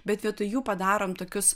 bet vietoj jų padarom tokius